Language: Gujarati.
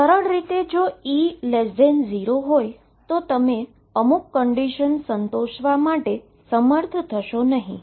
સરળ રીતે જો E0 હોય તો તમે અમુક કન્ડીશન સંતોષવા માટે સમર્થ થશો નહીં